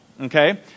okay